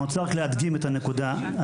אני רוצה רק להדגים את הנקודה הזו.